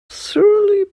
surely